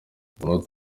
umunota